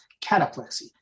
cataplexy